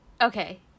Okay